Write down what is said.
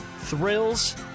Thrills